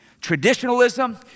Traditionalism